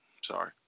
sorry